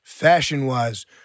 Fashion-wise